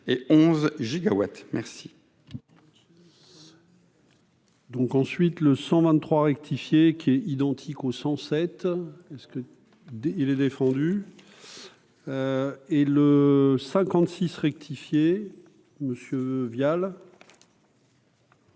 et 11 gigawatts merci.